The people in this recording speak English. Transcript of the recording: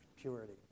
purity